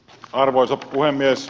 arvoisa puhemies